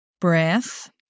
Breath